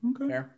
Okay